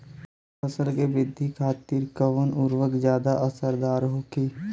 फसल के वृद्धि खातिन कवन उर्वरक ज्यादा असरदार होखि?